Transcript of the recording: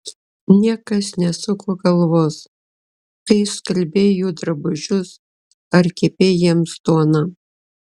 niekas nesuko galvos kai skalbei jų drabužius ar kepei jiems duoną